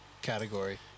Category